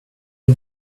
der